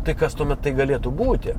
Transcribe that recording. tai kas tuomet tai galėtų būti